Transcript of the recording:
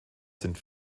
sind